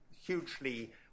hugely